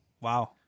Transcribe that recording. Wow